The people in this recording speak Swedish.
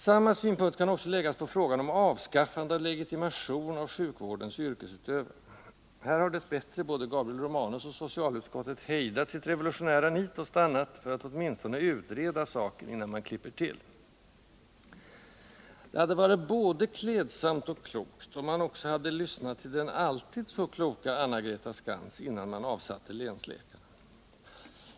Samma synpunkter kan också läggas på frågan om avskaffande av legitimation av sjukvårdens yrkesutövare. Här har dess bättre både Gabriel Romanus och socialutskottet hejdat sitt revolutionära nit och stannat för att åtminstone utreda saken innan man klipper till. Det hade varit både klädsamt och klokt, om man också hade lyssnat till den alltid så kloka Anna-Greta Skantz innan man avsatte länsläkarna.